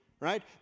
right